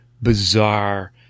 bizarre